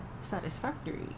satisfactory